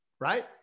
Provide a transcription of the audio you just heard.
right